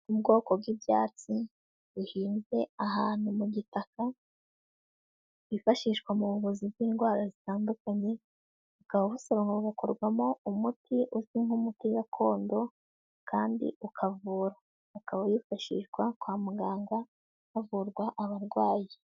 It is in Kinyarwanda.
Ubwoko bw'ibyatsi buhinze ahantu mu gitaka, bwifashishwa mu buvuzi bw'indwara zitandukanye; bukaba busanzwe bukorwamo umuti uzwi nk'umuti gakondo kandi ukavura. Ukaba wifashishwa kwa muganga havurwa abarwayi.